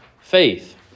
faith